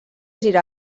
gira